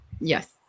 Yes